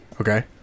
Okay